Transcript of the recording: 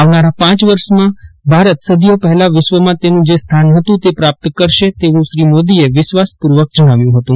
આવનારાં પાંચ વર્ષમાં ભારત સદીઓ પફેલાં વિશ્વમાં તેનું જે સ્થાન હતું તે પ્રાપ્ત કરશે તેવું શ્રી મોદીએ વિશ્વાસ પૂર્વક જણાવ્યું હતું